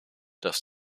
dass